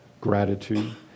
gratitude